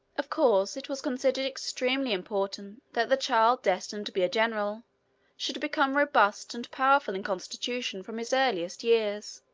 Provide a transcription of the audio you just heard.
of course it was considered extremely important that the child destined to be a general should become robust and powerful in constitution from his earliest years,